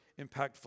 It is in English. impactful